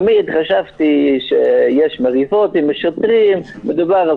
תמיד חשבתי שכשיש מריבות עם שוטרים מדובר על